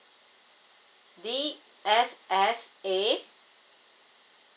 D S S A